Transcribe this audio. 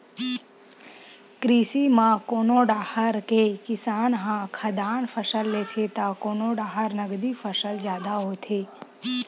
कृषि म कोनो डाहर के किसान ह खाद्यान फसल लेथे त कोनो डाहर नगदी फसल जादा होथे